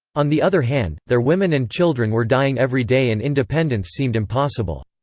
on the other hand, their women and children were dying every day and independence seemed impossible.